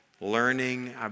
learning